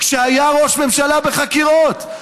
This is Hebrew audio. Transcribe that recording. כשהיה ראש ממשלה בחקירות,